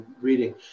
reading